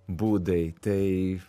būdai tai